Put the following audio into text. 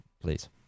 please